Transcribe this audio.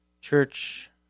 church